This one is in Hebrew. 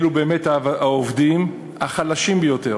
אלו באמת העובדים החלשים ביותר.